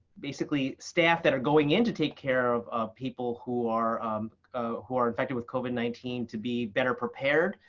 basically, staff that are going in to take care of people who are um who are infected with covid nineteen to be better prepared,